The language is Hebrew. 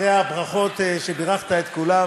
אחרי הברכות שבירכת את כולם